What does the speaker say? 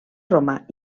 roma